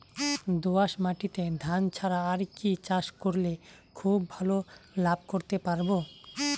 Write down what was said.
দোয়াস মাটিতে ধান ছাড়া আর কি চাষ করলে খুব ভাল লাভ করতে পারব?